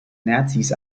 nazis